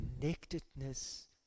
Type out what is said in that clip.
connectedness